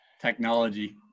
Technology